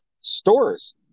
stores